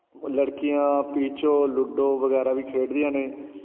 ਉਹ ਲੜਕੀਆਂ ਪੀਚੋ ਲੂਡੋ ਵਗੈਰਾ ਵੀ ਖੇਡਦੀਆਂ ਨੇ